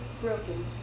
broken